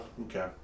Okay